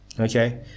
okay